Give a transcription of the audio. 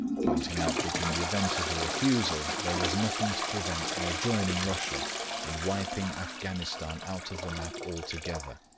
pointing out that in the event of a refusal there was nothing to prevent our joining russia in wiping afghanistan out of the map altogether,